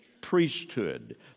priesthood